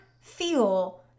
feel